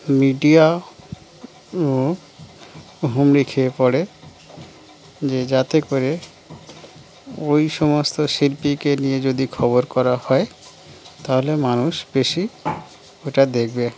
media ও হুমড়ি খেয়ে পড়ে যে যাতে করে ওই সমস্ত শিল্পীকে নিয়ে যদি খবর করা হয় তাহলে মানুষ বেশি ওটা দেখবে